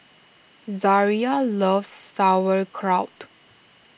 Zaria loves Sauerkraut